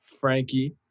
Frankie